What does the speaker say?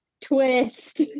Twist